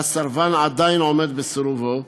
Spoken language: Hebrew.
והסרבן עדיין עומד בסירובו,